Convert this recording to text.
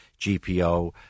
GPO